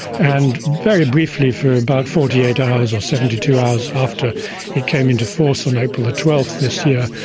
and very briefly, for about forty eight hours or seventy two hours after it came into force on april ah twelve this year,